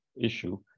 issue